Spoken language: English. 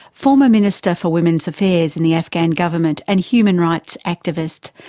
former minister for women's affairs in the afghan government and human rights activist,